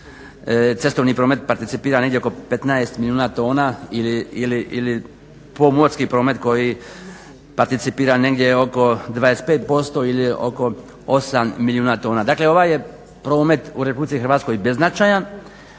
cestovni promet participira negdje oko 15 milijuna tona ili pomorski promet koji participira negdje oko 25% ili oko 8 milijuna tona. Dakle, ovaj je promet u RH beznačajan